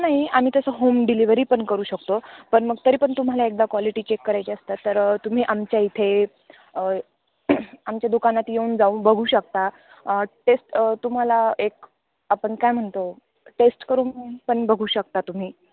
नाही आम्ही तसं होम डिलिव्हरी पण करू शकतो पण मग तरी पण तुम्हाला एकदा क्वालिटी चेक करायची असतात तर तुम्ही आमच्या इथे आमच्या दुकानात येऊन जाऊन बघू शकता टेस्ट तुम्हाला एक आपण काय म्हणतो टेस्ट करून पण बघू शकता तुम्ही